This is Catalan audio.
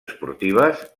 esportives